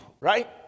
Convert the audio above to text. Right